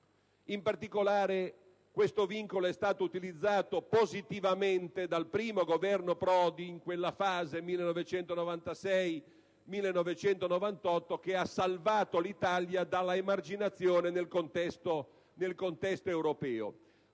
In particolare esso è stato utilizzato positivamente dal primo Governo Prodi in quella fase (1996-1998) che ha salvato l'Italia dall'emarginazione nel contesto europeo.